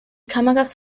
kameras